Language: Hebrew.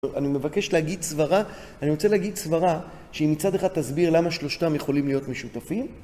אני מבקש להגיד סברה. אני רוצה להגיד סברה שהיא מצד אחד תסביר למה שלושתם יכולים להיות משותפים.